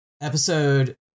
Episode